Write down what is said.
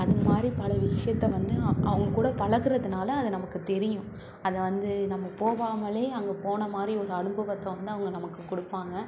அது மாதிரி பல விஷயத்த வந்து அவங்க கூட பழகுறதுனால அது நமக்கு தெரியும் அது வந்து நம்ம போகாமலே அங்கே போன மாதிரி ஒரு அனுபவத்தை வந்து அவங்க நமக்கு கொடுப்பாங்க